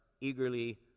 eagerly